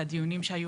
והדיונים שהיו